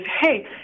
hey